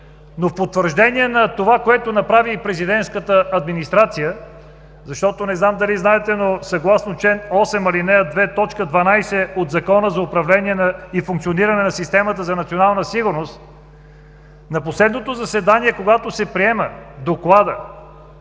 но в потвърждение и на това, което направи и Президентската администрация, защото не знам дали знаете, но съгласно чл. 8, ал. 2, т. 12 от Закона за управление и функциониране на системата за национална сигурност, на последното заседание, когато се приема Докладът